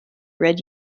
red